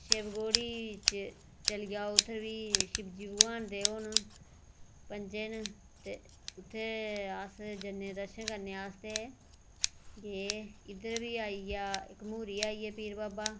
शिवखोड़ी चली जाओ ते उत्थै बी शिव जी भगवान दे ओह् न पंजे न ते अस जन्ने दर्शन करने गी अस ते इद्धर बी आइया घमूरी आइया पीर बावा